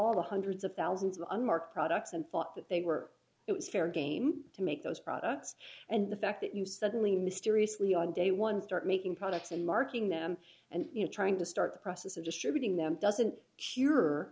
saw hundreds of thousands of unmarked products and thought that they were it was fair game to make those products and the fact that you suddenly mysteriously on day one start making products and marking them and you know trying to start the process of distributing them doesn't cure